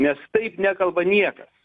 nes taip nekalba niekas